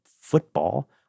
football